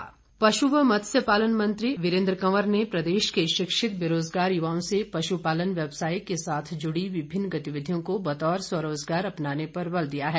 वीरेन्द्र कंवर पशु व मत्स्य पालन मंत्री वीरेन्द्र कंवर ने प्रदेश के शिक्षित बेरोजगार युवाओं से पशु पालन व्यवसाय के साथ जुड़ी विभिन्न गतिविधियों को बतौर स्वरोजगार अपनाने पर बल दिया है